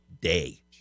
day